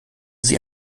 sie